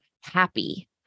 happy